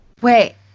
Wait